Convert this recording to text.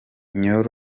njyewe